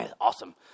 Awesome